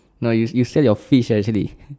no you you sell your fish actually